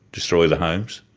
destroy the homes?